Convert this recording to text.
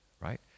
right